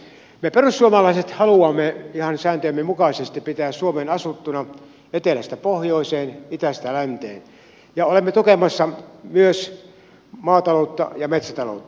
me perussuomalaiset haluamme ihan sääntöjemme mukaisesti pitää suomen asuttuna etelästä pohjoiseen idästä länteen ja olemme tukemassa myös maataloutta ja metsätaloutta